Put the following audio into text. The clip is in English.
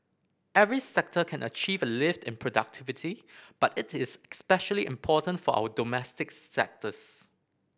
every sector can achieve a lift in productivity but it is especially important for our domestic sectors